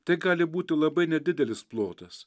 tai gali būti labai nedidelis plotas